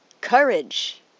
Courage